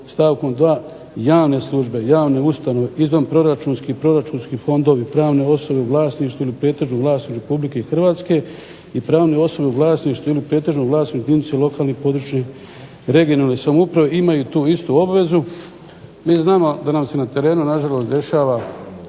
stavkom dva javne službe, javne ustanove izvan proračunski i proračunski fondovi, pravne osobe u vlasništvu ili pretežnom vlasništvu Republike Hrvatske i pravne osobe u vlasništvu ili pretežnom vlasništvu jedinice lokalnih, područne regionalne samouprave imaju tu istu obvezu. Mi znamo da nam se na terenu na žalost dešava